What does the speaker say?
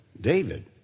David